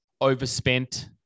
overspent